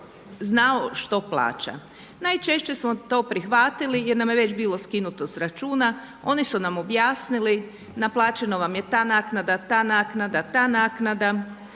što plaća. Najčešće smo to prihvatili jer nam je već bilo skinuto sa računa. Oni su nam objasnili naplaćeno vam je ta naknada, ta naknada, ali